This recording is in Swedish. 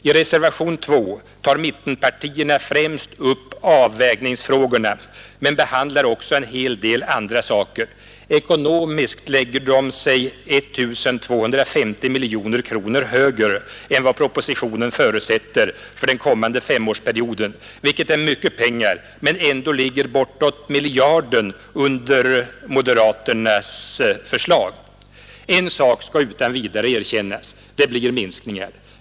I reservationen 2 tar mittenpartierna främst upp avvägningsfrågorna men behandlar också en hel del andra saker. Ekonomiskt lägger de sig 1 250 miljoner kronor högre än vad propositionen förutsätter för den kommande femårsperioden, vilket är mycket pengar men ändå ligger bortåt miljarden under moderaternas förslag. En sak skall utan vidare erkännas: det blir minskningar.